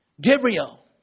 Gabriel